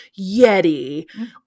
Yeti